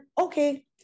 okay